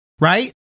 right